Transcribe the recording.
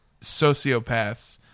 sociopaths